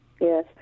Yes